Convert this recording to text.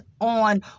on